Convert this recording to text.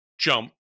Jump